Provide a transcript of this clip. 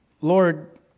Lord